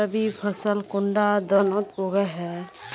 रवि फसल कुंडा दिनोत उगैहे?